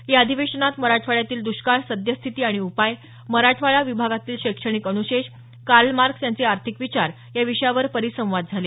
या अधिवेशनात मराठवाड्यातील दुष्काळ सद्यस्थिती आणि उपाय मराठवाडा विभागातील शैक्षणिक अनुशेष कार्ल मार्क्स यांचे अर्थिक विचार या विषयावर परिसंवाद झाले